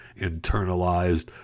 internalized